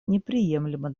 неприемлема